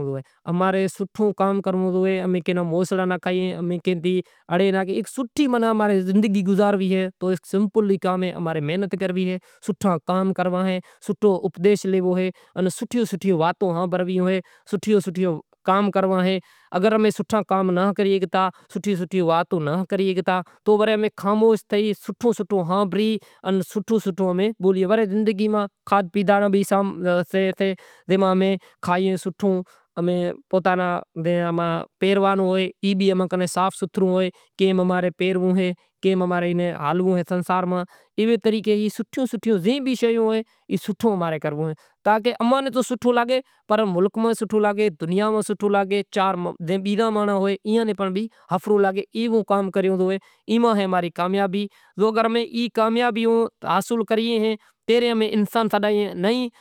کریاں چے رے کہ چاں جاں چے رے کہ چاں جاں تو دکاں نہیں ہالتا تو گھر رہ بھی کام کرنڑ جاں، ماناں ہر کام جے بھی ہوئے او کرے راکھاں، بنی رو کام کائیں بھی ہوئے کام کریئے چاں بھی زائوں سوں موٹر سینکل ماناں ہاکلے بھی گیو ہوں۔